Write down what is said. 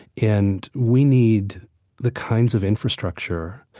and we need the kinds of infrastructure.